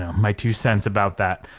um my two cents about that,